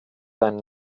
ein